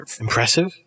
Impressive